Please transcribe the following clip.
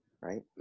right